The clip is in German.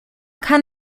kann